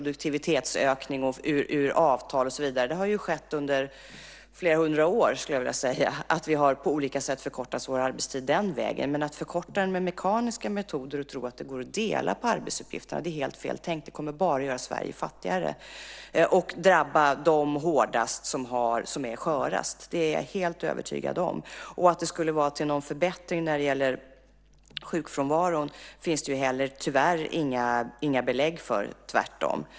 Det har ju skett under flera hundra år, skulle jag vilja säga, att vi på olika sätt har förkortat arbetstiden genom produktivitetsökningar och avtal. Att förkorta den med mekaniska metoder och tro att det går att dela på arbetsuppgifterna är helt fel tänkt. Det kommer bara att göra Sverige fattigare och drabba dem hårdast som är skörast. Det är jag helt övertygad om. Det finns tyvärr inte heller några belägg för att det skulle leda till förbättringar när det gäller sjukfrånvaron - tvärtom.